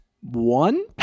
One